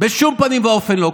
בשום פנים ואופן לא.